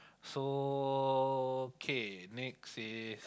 so okay next is